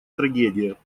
трагедия